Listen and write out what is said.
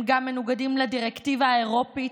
הם גם מנוגדים לדירקטיבה האירופית,